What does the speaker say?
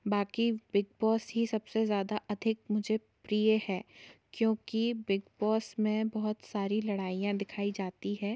बाकी बिगबॉस ही सबसे ज़्यादा अधिक मुझे प्रिय है क्योंकि बिगबॉस में बहुत सारी लड़ाइयाँ दिखाई जाती है